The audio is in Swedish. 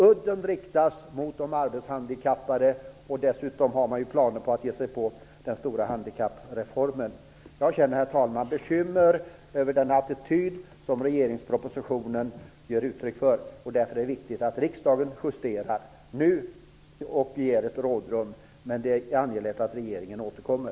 Udden riktas mot de arbetshandikappade. Man har ju dessutom planer på att ge sig på den stora handikappreformen. Herr talman! Jag är bekymrad över den attityd som regeringspropositionen ger uttryck för. Därför är det viktigt att riksdagen justerar nu och ger ett rådrum. Det är angeläget att regeringen återkommer.